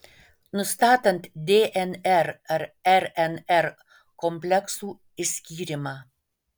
nustatant dnr ar rnr kompleksų išskyrimą